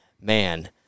Man